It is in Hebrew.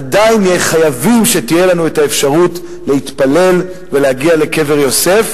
עדיין נהיה חייבים שתהיה לנו האפשרות להתפלל ולהגיע לקבר יוסף,